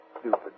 stupid